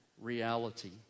reality